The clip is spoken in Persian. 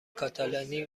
کاتالانی